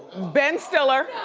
ben stiller.